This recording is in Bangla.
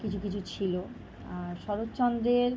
কিছু কিছু ছিলো আর শরৎচন্দ্রের